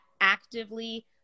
actively